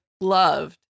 loved